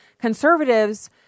conservatives